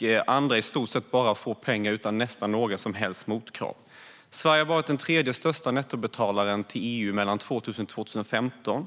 medan andra i stort bara får ta emot pengar nästan utan några som helst motkrav. Sverige har varit den tredje största nettobetalaren till EU mellan 2000 och 2015.